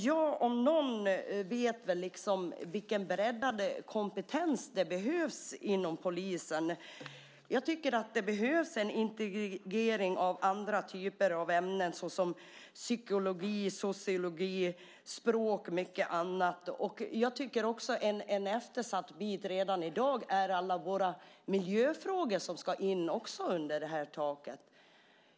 Jag om någon vet väl vilken breddad kompetens som behövs inom polisen. Jag tycker att det behövs en integrering av andra typer av ämnen såsom psykologi, sociologi, språk och mycket annat, och jag tycker också att en eftersatt bit redan i dag är alla de miljöfrågor som också ska in under det här taket.